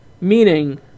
meaning